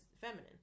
feminine